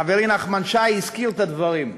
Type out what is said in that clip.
חברי נחמן שי הזכיר את הדברים.